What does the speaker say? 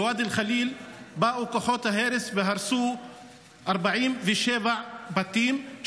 בוואדי אל-ח'ליל באו כוחות ההרס והרסו 47 בתים,